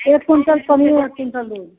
एक कुंटल पनीर एक कुंटल दूध